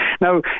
Now